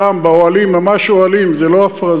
שם באוהלים, ממש אוהלים, זו לא הפרזה.